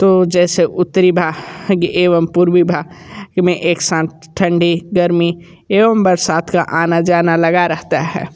तो जैसे उत्तरी भा ग एवं पूर्वी भाग में एक साथ ठंडी गर्मी एवं बरसात का आना जाना लगा रहता है